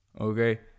Okay